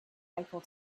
eiffel